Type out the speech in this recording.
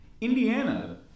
Indiana